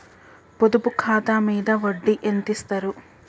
పొదుపు ఖాతా మీద వడ్డీ ఎంతిస్తరు?